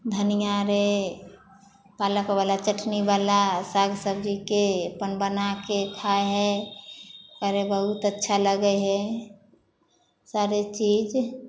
धनियाँ रे पालक बला चटनी बला साग सब्जीके अपन बनाके खाय ह शइ अरे बहुत अच्छा लगे हइ सारे चीज